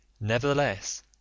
Nevertheless